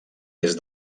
des